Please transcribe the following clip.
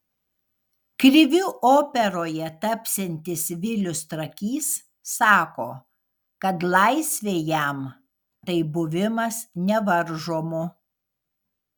kriviu operoje tapsiantis vilius trakys sako kad laisvė jam tai buvimas nevaržomu